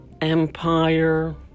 empire